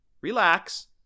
relax